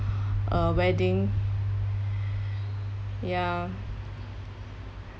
uh wedding ya